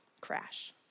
crash